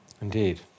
Indeed